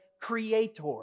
creator